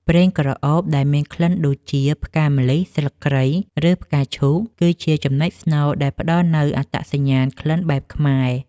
ប្រេងក្រអូប ដែលមានក្លិនដូចជា ផ្កាម្លិះ ស្លឹកគ្រៃ ឬផ្កាឈូក គឺជាចំណុចស្នូលដែលផ្ដល់នូវអត្តសញ្ញាណក្លិនបែបខ្មែរ។